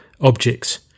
objects